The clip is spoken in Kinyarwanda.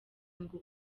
ngo